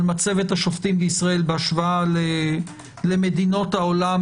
מצבת השופטים בישראל בהשוואה למדינות העולם